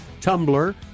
Tumblr